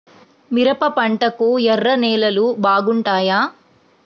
మిరప పంటకు ఎర్ర నేలలు బాగుంటాయా?